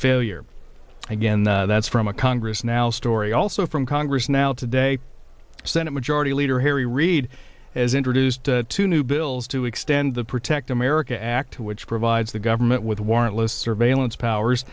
failure again that's from a congress now story also from congress now today senate majority leader harry reid as introduced to new bills to extend the protect america act which provides the government with warrantless surveillance powers